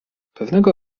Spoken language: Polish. pewnego